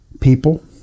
People